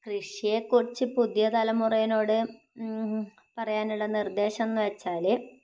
കൃഷിയെക്കുറിച്ച് പുതിയ തലമുറയോട് പറയാനുള്ള നിർദ്ദേശംന്ന് വെച്ചാൽ